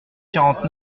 quarante